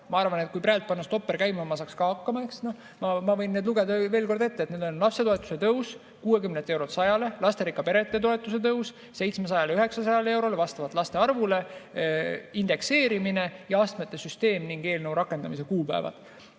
Ma arvan, et kui praegu panna stopper käima, ma saaksin ka hakkama. Ma võin need veel kord ette lugeda: need on lapsetoetuse tõus 60 eurolt 100-le, lasterikka pere toetuse tõus 700–900 eurole vastavalt laste arvule, indekseerimine ja astmete süsteem ning eelnõu rakendamise kuupäevad.